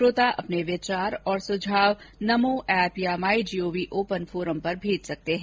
श्रोता अपने विचार और सुझाव नमो एप या माई जीओवी ओपन फोरम पर भेज सकते हैं